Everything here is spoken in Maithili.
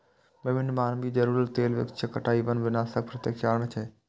विभिन्न मानवीय जरूरत लेल वृक्षक कटाइ वन विनाशक प्रत्यक्ष कारण छियै